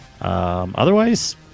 Otherwise